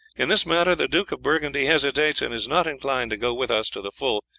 in this matter the duke of burgundy hesitates and is not inclined to go with us to the full,